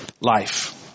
Life